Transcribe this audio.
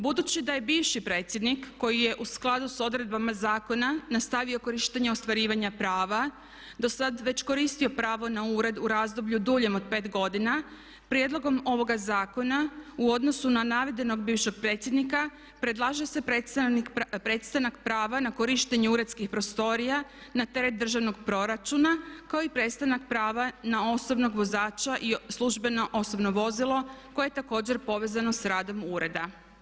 Budući da je bivši predsjednik koji je u skladu sa odredbama zakona nastavio korištenje ostvarivanja prava do sad već koristio pravo na ured u razdoblju duljem od pet godina, prijedlogom ovoga zakona u odnosu na navedenog bivšeg predsjednika predlaže se prestanak prava na korištenje uredskih prostorija na teret državnog proračuna kao i prestanak prava na osobnog vozača i službeno osobno vozilo koje je također povezano sa radom ureda.